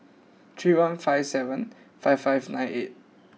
three one five seven five five nine eight